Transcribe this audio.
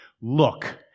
Look